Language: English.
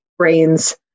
brains